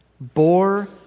bore